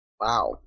Wow